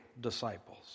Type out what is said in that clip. disciples